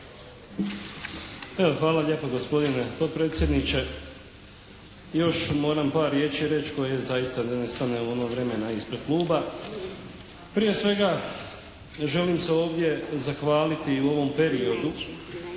hvala lijepa gospodine potpredsjedniče. Još moram par riječi reći koje zaista ne stane u ono vremena ispred kluba. Prije svega ja želim se ovdje zahvaliti u ovom periodu